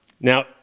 Now